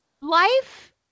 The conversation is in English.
life